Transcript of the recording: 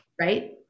right